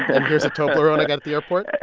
and here's a toblerone i got at the airport?